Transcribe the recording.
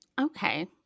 okay